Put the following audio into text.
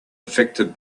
affected